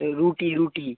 রুটি রুটি